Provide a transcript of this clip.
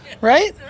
right